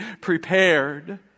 prepared